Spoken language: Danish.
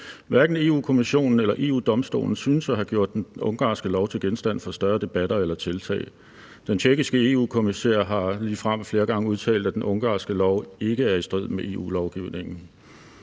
Hverken Europa-Kommissionen eller EU-Domstolen synes at have gjort den ungarske lov til genstand for større debatter eller tiltag. Den tjekkiske EU-kommissær har ligefrem flere gange udtalt, at den ungarske lov ikke er i strid med EU-lovgivningen.